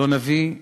לא נביא אני